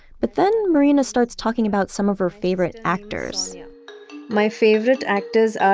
but then marina starts talking about some of her favorite actors my favorite actors ah